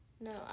no